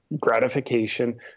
gratification